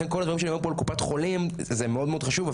לכן כל הדברים שנאמרו פה על קופות החולים זה מאוד חשוב,